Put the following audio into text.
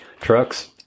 trucks